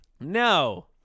no